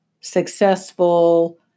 successful